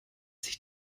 sich